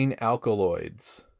alkaloids